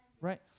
right